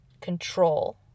control